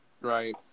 right